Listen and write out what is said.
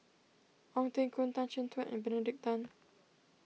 Ong Teng Koon Tan Chin Tuan and Benedict Tan